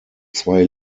zwei